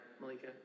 Malika